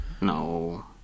No